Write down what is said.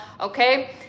okay